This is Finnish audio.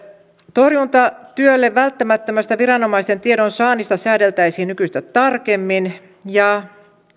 torjuntatyölle välttämättömästä viranomaisten tiedonsaannista säädeltäisiin nykyistä tarkemmin ja